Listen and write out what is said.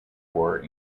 war